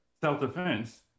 Self-defense